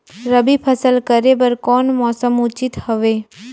रबी फसल करे बर कोन मौसम उचित हवे?